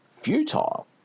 futile